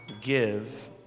give